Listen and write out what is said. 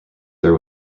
there